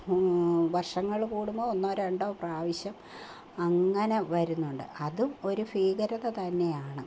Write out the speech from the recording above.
വർഷങ്ങൾ കൂടുമ്പോൾ ഒന്നോ രണ്ടോ പ്രാവശ്യം അങ്ങനെ വരുന്നുണ്ട് അതും ഒരു ഭീകരത തന്നെയാണ്